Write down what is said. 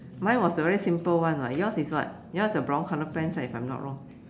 mine was the very simple one [what] yours is what yours is the brown colour pants right if I'm not wrong